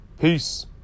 Peace